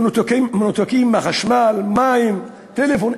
מנותקים מהחשמל, מים, טלפון.